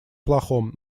плохом